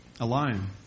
alone